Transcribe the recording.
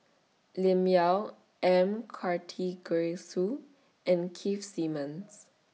Lim Yau M Karthigesu and Keith Simmons